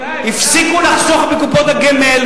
הפסיקו לחסוך בקופות הגמל,